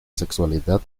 sexualidad